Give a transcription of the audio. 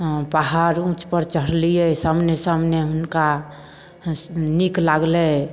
हँ पहाड़ ऊँच पर चढ़लियै सामने सामने हुनका हँस नीक लागलै